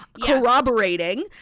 corroborating